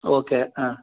okay ஆ